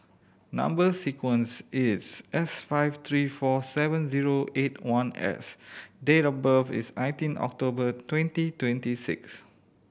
number sequence is S five three four seven zero eight one S date of birth is nineteen October twenty twenty six